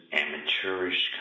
amateurish